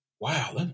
Wow